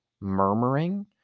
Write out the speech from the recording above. murmuring